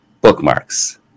Bookmarks